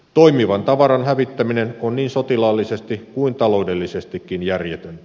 toimivan tavaran hävittäminen on niin sotilaallisesti kuin taloudellisestikin järjetöntä